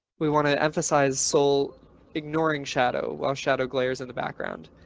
we want to emphasize soul ignoring shadow while shadow glares in the background.